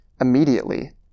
immediately